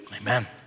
Amen